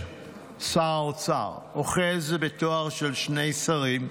הביטחון/שר האוצר, אוחז בתואר של שני שרים,